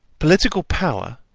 political power,